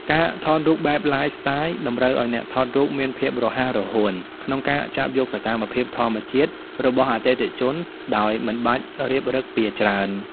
ការថតរូបបែប Lifestyle តម្រូវឱ្យអ្នកថតរូបមានភាពរហ័សរហួនក្នុងការចាប់យកសកម្មភាពធម្មជាតិរបស់អតិថិជនដោយមិនបាច់រៀបឫកពារច្រើន។